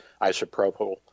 isopropyl